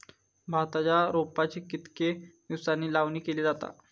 भाताच्या रोपांची कितके दिसांनी लावणी केली जाता?